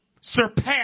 surpass